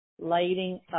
Lighting